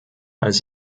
als